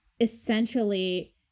essentially